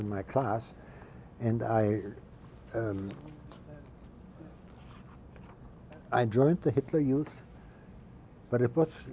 in my class and i and i joined the hitler youth but it was